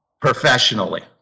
professionally